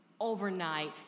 overnight